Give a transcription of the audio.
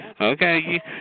Okay